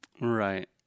Right